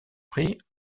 prix